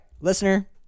Listener